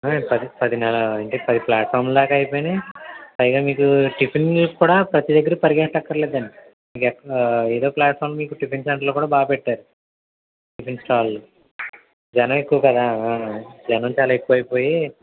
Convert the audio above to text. ఆయ్ పది పది ఇంకా పది ప్లాట్ఫామ్లు దాకా అయిపోయినాయి పైగా మీకు టిఫిన్లకు కూడా ప్రతిదగ్గర పరిగెత్తక్కర్లేదండి ఆ ఏదో ఒక ప్లాట్ఫామ్లో మీకు టిఫిన్ సెంటర్ కూడా బాగా పెట్టారు టిఫిన్ స్టాళ్ళు జనం ఎక్కువ కదా జనం చాలా ఎక్కువ అయిపోయి